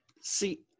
See